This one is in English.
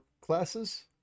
classes